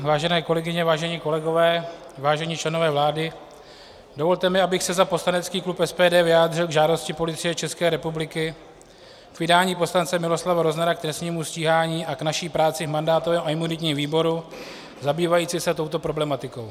Vážené kolegyně, vážení kolegové, vážení členové vlády, dovolte mi, abych se za poslanecký klub SPD vyjádřil k žádosti Policie České republiky o vydání poslance Miloslava Roznera k trestnímu stíhání a k naší práci v mandátovém a imunitním výboru zabývající se touto problematikou.